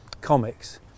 comics